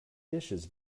dishes